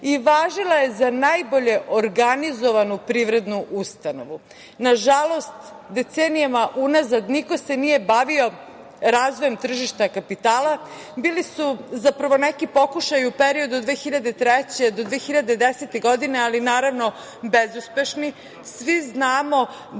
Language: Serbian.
i važila je za najbolje organizovanu privrednu ustanovu. Nažalost, decenijama unazad niko se nije bavio razvojem tržišta kapitala, bili su zapravo, neki pokušaji u periodu od 2003. do 2010. godine, ali naravno bezuspešni, svi znamo